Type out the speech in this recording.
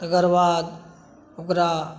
तेकर बाद ओकरा